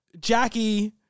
Jackie